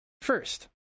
First